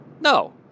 No